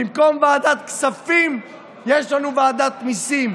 במקום ועדת כספים יש לנו ועדת מיסים,